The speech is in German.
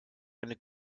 eine